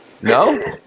No